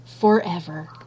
forever